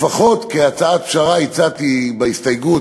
לפחות כהצעת פשרה הצעתי בהסתייגות,